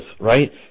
right